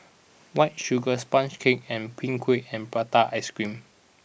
White Sugar Sponge Cake and Png Kueh and Prata Ice Cream